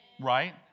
right